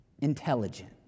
Intelligent